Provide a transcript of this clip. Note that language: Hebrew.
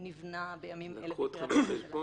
שנבנה בימים אלה בקריית הממשלה.